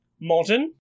modern